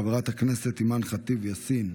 חברת הכנסת אימאן ח'טיב יאסין,